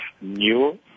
new